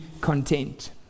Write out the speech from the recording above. content